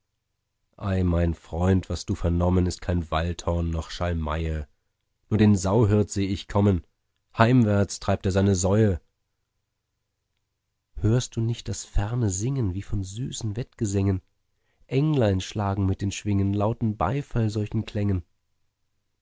ei mein freund was du vernommen ist kein waldhorn noch schalmeie nur den sauhirt seh ich kommen heimwarts treibt er seine säue hörst du nicht das ferne singen wie von süßen wettgesängen englein schlagen mit den schwingen lauten beifall solchen klängen